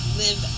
live